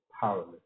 powerless